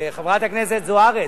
חברת הכנסת זוארץ,